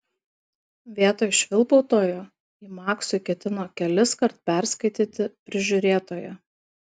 vietoj švilpautojo ji maksui ketino keliskart perskaityti prižiūrėtoją